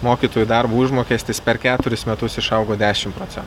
mokytojų darbo užmokestis per keturis metus išaugo dešim procen